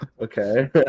Okay